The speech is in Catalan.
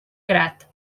grat